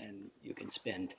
and you can spend